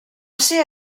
ser